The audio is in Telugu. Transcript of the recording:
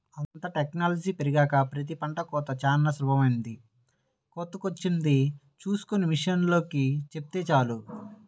అంతా టెక్నాలజీ పెరిగినాక ప్రతి పంట కోతా చానా సులభమైపొయ్యింది, కోతకొచ్చింది చూస్కొని మిషనోల్లకి చెబితే చాలు